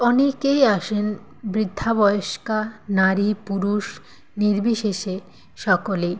অনেকেই আসেন বৃদ্ধা বয়স্কা নারী পুরুষ নির্বিশেষে সকলেই